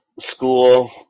school